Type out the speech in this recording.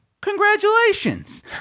congratulations